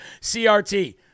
crt